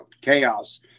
chaos